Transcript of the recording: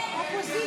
הצבעה.